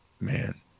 man